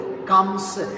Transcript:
comes